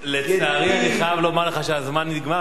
לצערי אני חייב לומר לך שהזמן נגמר,